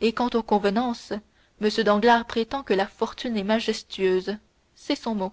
et quant aux convenances m danglars prétend que la fortune est majestueuse c'est son mot